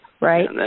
right